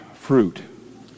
fruit